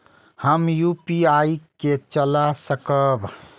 हम यू.पी.आई के चला सकब?